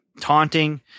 taunting